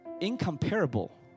incomparable